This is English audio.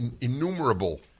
innumerable